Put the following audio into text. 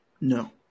No